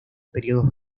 periodos